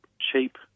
cheap